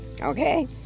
Okay